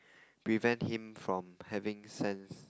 prevent him from having sands